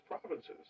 provinces